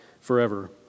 forever